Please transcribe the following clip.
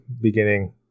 beginning